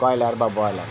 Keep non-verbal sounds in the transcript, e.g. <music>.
<unintelligible> বা ব্রয়লার